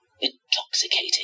intoxicating